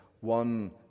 one